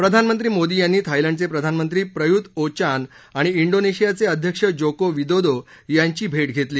प्रधानमंत्री मोदी यांनी थायलंडचे प्रधानमंत्री प्रयूत ओ चान आणि ा डोनेशियाचे अध्यक्ष जोको विदोदो यांची भेट घेतली